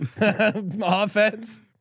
offense